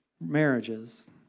marriages